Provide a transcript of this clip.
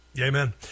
Amen